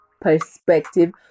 perspective